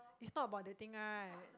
it's not about dating right